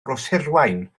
rhoshirwaun